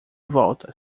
volta